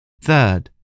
Third